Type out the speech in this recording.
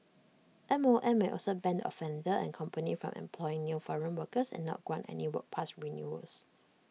M O M may also ban offender and company from employing new foreign workers and not grant any work pass renewals